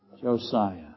Josiah